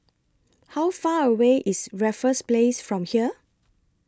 How Far away IS Raffles Place from here